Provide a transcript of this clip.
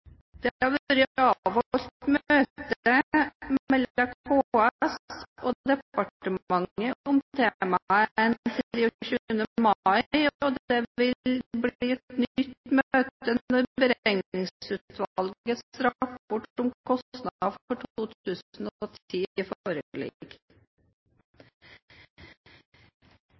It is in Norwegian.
Det har vært avholdt møte mellom KS og departementet om temaet den 23. mai, og det vil bli et nytt møte når Beregningsutvalgets rapport om kostnader for